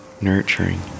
nurturing